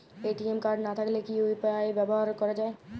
ATM card না থাকলে কি ইউ.পি.আই ব্যবহার করা য়ায়?